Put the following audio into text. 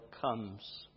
comes